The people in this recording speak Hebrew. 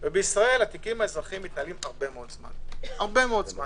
בישראל התיקים האזרחיים מתנהלים הרבה מאוד זמן.